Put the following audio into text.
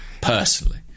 personally